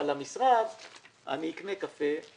אבל למשרד אני אקנה קפה,